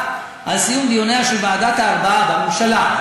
על סיום דיוניה של ועדת הארבעה בממשלה,